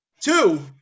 Two